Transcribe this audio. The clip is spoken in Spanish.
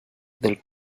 del